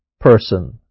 person